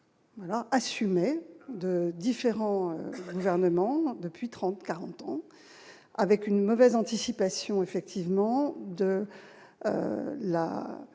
assumer de différents gouvernements depuis 30, 40 ans, avec une mauvaise anticipation effectivement de la